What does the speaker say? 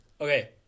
Okay